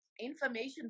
information